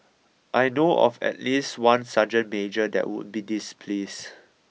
I know of at least one sergeant major that would be displeased